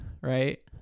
right